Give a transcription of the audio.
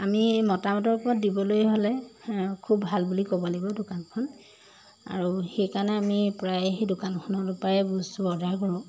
আমি মতামতৰ ওপৰত দিবলৈ হ'লে খুব ভাল বুলি ক'ব লাগিব দোকানখন আৰু সেইকাৰণে আমি প্ৰায় সেই দোকানখনৰ পৰাই বস্তু অৰ্ডাৰ কৰোঁ